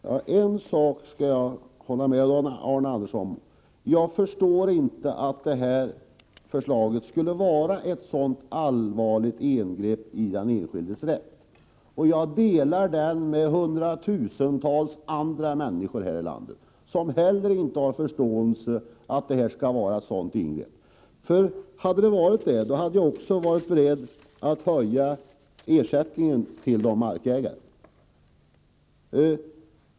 Herr talman! En sak skall jag hålla med Arne Andersson i Ljung om: Jag förstår inte att det här förslaget skulle kunna innebära ett så allvarligt ingrepp i den enskildes rätt som Arne Andersson hävdar. Jag delar den inställningen med hundratusentals människor här i landet, som inte heller har förstått att detta skulle vara ett sådant ingrepp. Hade det varit det, då hade vi också varit beredda att höja ersättningen till markägarna.